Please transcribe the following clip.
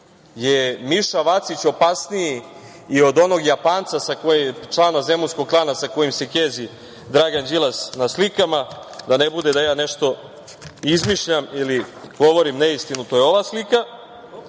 je Miša Vacić opasniji i od onog Japanca, člana zemunskog klana, sa kojim se kezi Dragan Đilas na slikama. Da ne bude da ja nešto izmišljam ili govorim neistinu, to je ova slika.